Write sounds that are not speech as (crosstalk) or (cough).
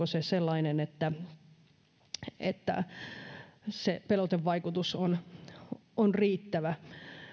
(unintelligible) se sellainen että että se pelotevaikutus on on riittävä